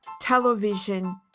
television